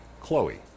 Chloe